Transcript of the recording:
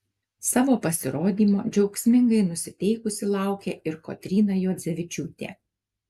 savo pasirodymo džiaugsmingai nusiteikusi laukė ir kotryna juodzevičiūtė